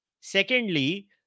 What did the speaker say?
Secondly